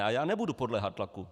A já nebudu podléhat tlaku.